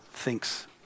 thinks